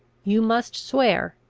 you must swear,